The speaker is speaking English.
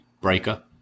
Breaker